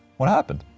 what happened?